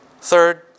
third